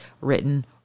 written